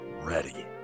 ready